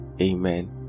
Amen